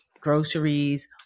groceries